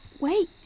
Wait